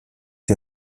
die